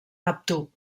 neptú